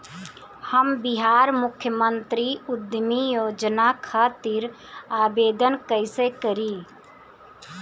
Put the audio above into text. हम बिहार मुख्यमंत्री उद्यमी योजना खातिर आवेदन कईसे करी?